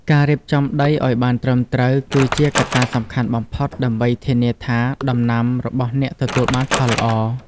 ការរៀបចំដីឱ្យបានត្រឹមត្រូវគឺជាកត្តាសំខាន់បំផុតដើម្បីធានាថាដំណាំរបស់អ្នកទទួលបានផលល្អ។